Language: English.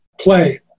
play